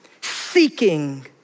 seeking